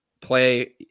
play